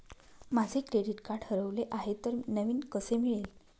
माझे credit card हरवले आहे तर नवीन कसे मिळेल?